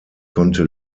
konnte